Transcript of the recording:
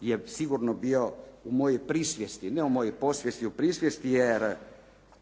je sigurno bio u mojoj prisvijesti, ne u mojoj podsvijesti, u prisvijest jer